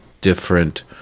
different